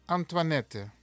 Antoinette